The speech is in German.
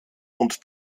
und